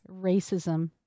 racism